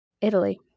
Italy